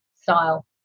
style